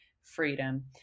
freedom